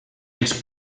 els